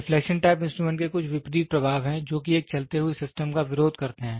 deflection type instrument के कुछ विपरीत प्रभाव हैं जोकि एक चलते हुए सिस्टम का विरोध करते हैं